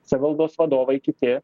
savivaldos vadovai kiti